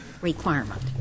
requirement